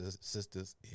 sisters